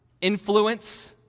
influence